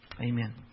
Amen